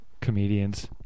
comedians